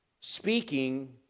speaking